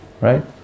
Right